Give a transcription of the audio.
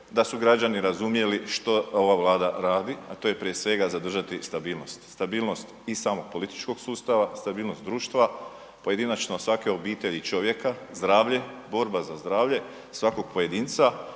da su građani razumjeli što ova Vlada radi, a to je prije svega zadržati stabilnost. Stabilnost i samog političkog sustava, stabilnost društva, pojedinačno svake obitelji i čovjeka, zdravlje, borba za zdravlje svakog pojedinca,